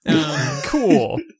Cool